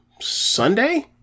Sunday